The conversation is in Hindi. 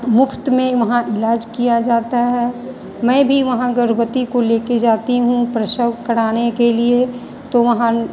मुक्त में वहाँ इलाज किया जाता है मैं भी वहाँ गर्भवती को लेके जाती हूँ प्रसव कराने के लिए तो वहाँ